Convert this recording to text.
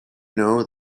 know